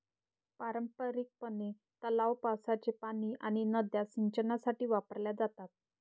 पारंपारिकपणे, तलाव, पावसाचे पाणी आणि नद्या सिंचनासाठी वापरल्या जातात